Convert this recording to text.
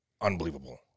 unbelievable